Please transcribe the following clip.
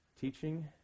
teaching